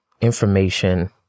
information